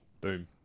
Boom